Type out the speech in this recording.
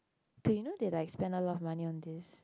dude you know they like spend a lot of money on this